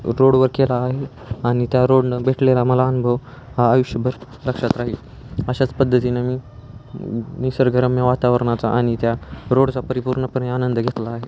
रोडवर केला आहे आनि त्या रोडने भेटलेला मला अनुभव हा आयुष्यभर लक्षात राहील अशाच पद्धतीने मी निसर्गरम्य वातावरणाचा आणि त्या रोडचा परिपूर्णपणे आनंद घेतला आहे